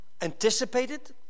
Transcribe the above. anticipated